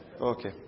Okay